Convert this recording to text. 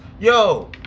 yo